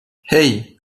hey